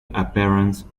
appearance